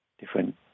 different